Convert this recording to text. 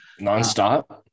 Nonstop